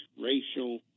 racial